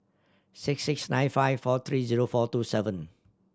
six six nine five four three zero four two seven